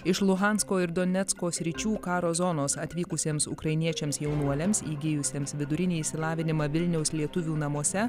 iš luhansko ir donecko sričių karo zonos atvykusiems ukrainiečiams jaunuoliams įgijusiems vidurinį išsilavinimą vilniaus lietuvių namuose